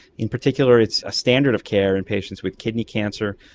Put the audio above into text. in particular it's a standard of care in patients with kidney cancer.